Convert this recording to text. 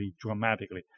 dramatically